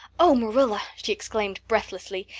oh, marilla, she exclaimed breathlessly,